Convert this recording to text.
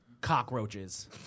cockroaches